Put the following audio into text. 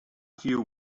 few